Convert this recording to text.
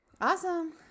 Awesome